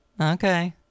Okay